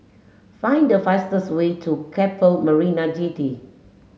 find the fastest way to Keppel Marina Jetty